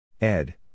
Ed